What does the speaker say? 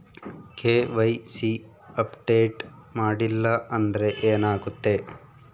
KYC update ಮಾಡಿಲ್ಲ ಅಂದ್ರೆ ಏನಾಗುತ್ತೆ?